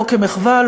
לא כמחווה,